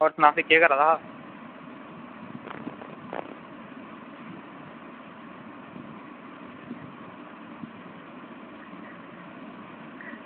होर सना फ्ही केह् करा दा हा